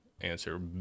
answer